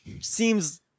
seems